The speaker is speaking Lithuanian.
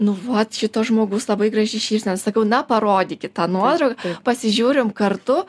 nu vat šito žmogus labai graži šypsena sakau na parodykit tą nuotrauką pasižiūrim kartu